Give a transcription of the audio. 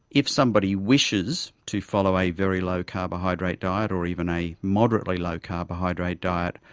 if somebody wishes to follow a very low carbohydrate diet or even a moderately low carbohydrate diet,